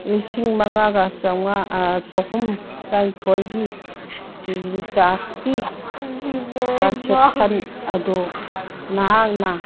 ꯂꯤꯁꯤꯡ ꯃꯉꯥꯒ ꯆꯥꯍꯨꯝ ꯇꯔꯥꯅꯤꯊꯣꯏꯒꯤ ꯑꯩꯒꯤ ꯔꯤꯆꯥꯔꯖꯀꯤ ꯇ꯭ꯔꯥꯟꯖꯦꯛꯁꯟ ꯑꯗꯨ ꯅꯍꯥꯛꯅ